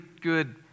good